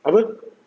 apa